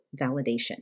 validation